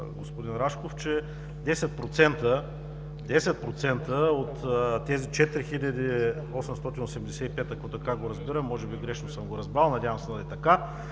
господин Рашков, че 10% от тези 4885, ако така го разбирам, може би грешно съм го разбрал, надявам се да е така,